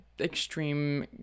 extreme